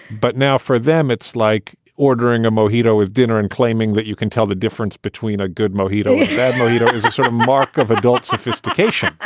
but now for them, it's like ordering a mojito with dinner and claiming that you can tell the difference between a good mojito. sadly, know is a sort of mark of adult sophistication.